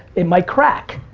it might crack.